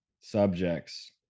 subjects